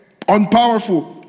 unpowerful